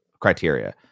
criteria